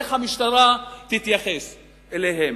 איך המשטרה תתייחס אליהם.